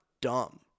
dumb